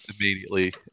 Immediately